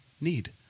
need